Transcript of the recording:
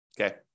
Okay